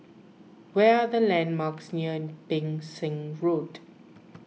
where are the landmarks near Pang Seng Road